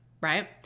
right